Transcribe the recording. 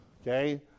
Okay